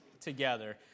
together